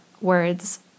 words